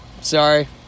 sorry